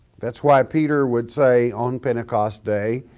that's why peter would say, on pentecost day,